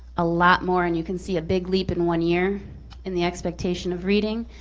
a lot more, and you can see a big leap in one year in the expectation of reading.